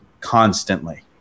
constantly